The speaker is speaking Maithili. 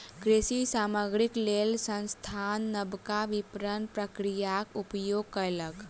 कृषि सामग्रीक लेल संस्थान नबका विपरण प्रक्रियाक उपयोग कयलक